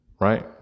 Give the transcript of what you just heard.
Right